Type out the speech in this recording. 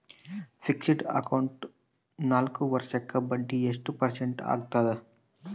Fixed account ನಾಲ್ಕು ವರ್ಷಕ್ಕ ಬಡ್ಡಿ ಎಷ್ಟು ಪರ್ಸೆಂಟ್ ಆಗ್ತದ?